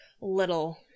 little